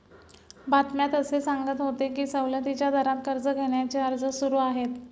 बातम्यात असे सांगत होते की सवलतीच्या दरात कर्ज घेण्याचे अर्ज सुरू आहेत